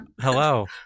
Hello